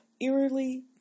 eerily